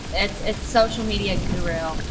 it's it's social media guru.